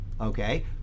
okay